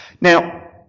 Now